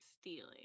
stealing